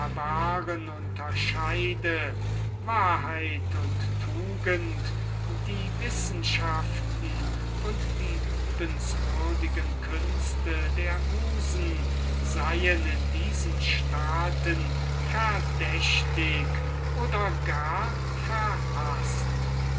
unterscheide wahrheit tugend wissenschaften und die liebenswürdigen künste der musen seien in diesen staaten verdächtig oder gar